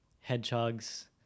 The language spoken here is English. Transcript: hedgehogs